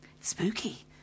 Spooky